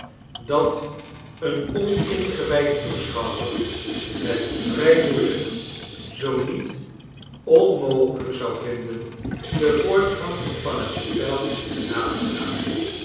dat een oningewijd toeschouwer het vrij moeielijk zoo niet onmogelijk zou vinden den voortgang van het spel na te gaan